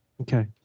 Okay